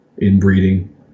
Inbreeding